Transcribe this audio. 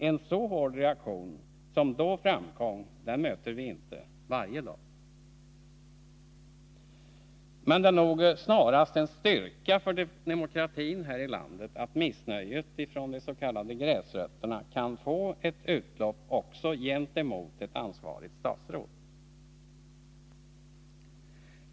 En så hård reaktion som då framkom möter vi inte varje dag. Men det är nog snarast en styrka för demokratin här i landet att missnöjet från ”gräsrötterna” kan få ett utlopp också gentemot ett ansvarigt statsråd.